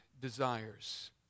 desires